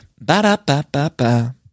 Ba-da-ba-ba-ba